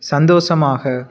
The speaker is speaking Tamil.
சந்தோஷமாக